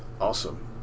Awesome